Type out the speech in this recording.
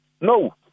No